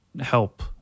help